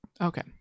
okay